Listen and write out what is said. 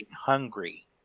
hungry